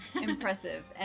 impressive